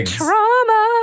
trauma